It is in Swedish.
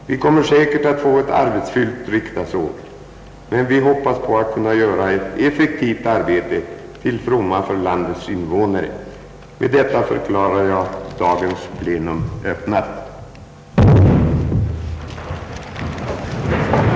Vi kommer säkert att få ett arbetsfyllt riksdagsår, men vi hoppas kunna göra ett effektivt arbete till fromma för landets invånare. Med detta förklarar jag dagens plenum öppnat.